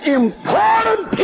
important